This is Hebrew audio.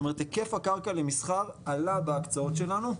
היקף הקרקע למסחר עלה בהקצאות שלנו.